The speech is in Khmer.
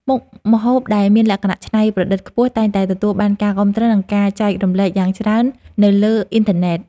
មុខម្ហូបដែលមានលក្ខណៈច្នៃប្រឌិតខ្ពស់តែងតែទទួលបានការគាំទ្រ និងការចែករំលែកយ៉ាងច្រើននៅលើអ៊ីនធឺណិត។